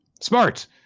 Smart